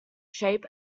shape